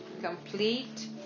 complete